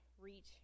reach